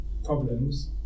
Problems